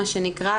מה שנקרא,